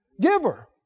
giver